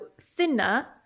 thinner